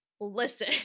listen